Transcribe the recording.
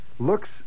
looks